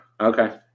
okay